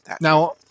now